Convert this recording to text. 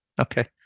Okay